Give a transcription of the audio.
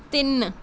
ਤਿੰਨ